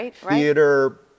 theater